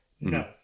no